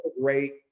great